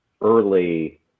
early